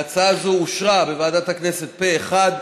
ההצעה הזאת אושרה בוועדת הכנסת פה אחד,